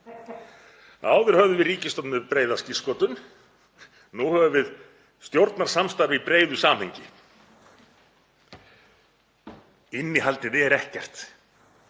Áður höfðum við ríkisstjórn með breiða skírskotun. Nú höfum við stjórnarsamstarf í breiðu samhengi. Innihaldið er ekkert.